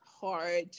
hard